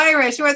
Irish